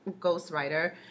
ghostwriter